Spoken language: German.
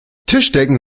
tischdecken